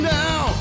now